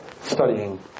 studying